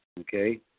Okay